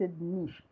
niche